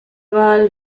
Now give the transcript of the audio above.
wahl